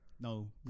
no